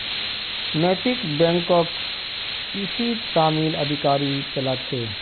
नैतिक बैकक इसीत शामिल अधिकारी चला छे